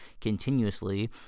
continuously